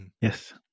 Yes